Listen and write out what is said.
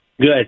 Good